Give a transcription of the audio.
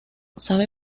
sabe